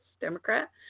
Democrat